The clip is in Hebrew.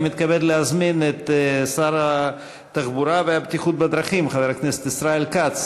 אני מתכבד להזמין את שר התחבורה והבטיחות בדרכים חבר הכנסת ישראל כץ.